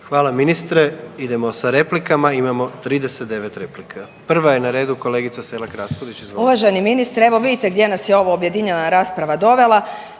Hvala ministre. Idemo sa replikama. Imamo 39 replika. Prva je na redu kolegica Selak-Raspudić, izvolite. **Selak Raspudić, Marija (Nezavisni)** Uvaženi ministre, evo vidite gdje nas je ova objedinjena rasprava dovela.